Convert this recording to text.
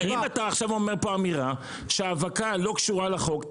אם אתה עכשיו אומר פה אמירה שהאבקה לא קשורה לחוק,